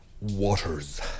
waters